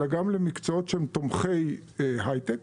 אלא גם למקצועות שהם תומכי היי-טק.